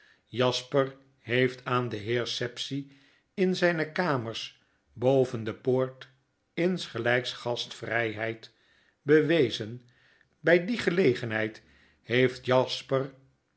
jasper heeft aan den heer sapsea in zljne kamers boven de poort insgelyksgastvryheidbewezen bij die gelegenheid heeft jasper